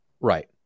right